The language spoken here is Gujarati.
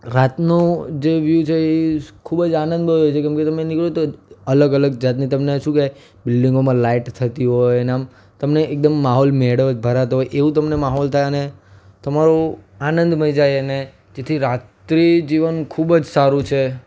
રાતનું જે વ્યુ છે એ ખૂબ જ આનંદમય હોય છે કેમ કે તમે નીકળો તો અલગ અલગ જાતની તમને શું કહેવાય બિલ્લીન્ગોમાં લાઇટ થતી હોય અને આમ તમને એકદમ માહોલ મેળો જ ભરાતો હોય એવું તમને માહોલ થાય અને તમારું આનંદમય જાય અને તેથી રાત્રિજીવન ખૂબ જ સારું છે